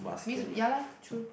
means ya lah true